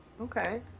Okay